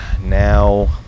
now